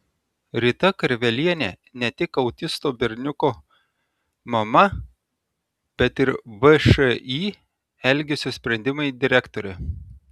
rita karvelienė ne tik autisto berniuko mama bet ir všį elgesio sprendimai direktorė